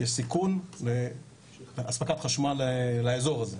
יש סיכון לאספקת חשמל לאזור הזה,